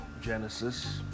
Genesis